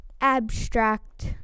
abstract